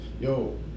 Yo